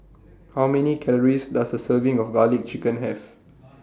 How Many Calories Does A Serving of Garlic Chicken Have